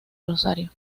rosario